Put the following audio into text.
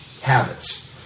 habits